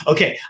Okay